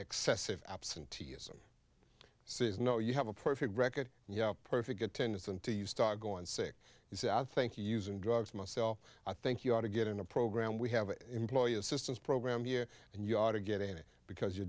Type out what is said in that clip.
excessive absenteeism says no you have a perfect record yeah perfect attendance until you start going sick you sad thank you using drugs myself i think you ought to get in a program we have an employee assistance program here and you ought to get in it because your